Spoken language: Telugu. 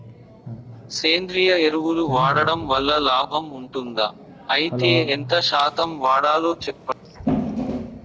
సేంద్రియ ఎరువులు వాడడం వల్ల లాభం ఉంటుందా? అయితే ఎంత శాతం వాడాలో చెప్పండి?